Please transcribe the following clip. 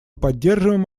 поддерживаем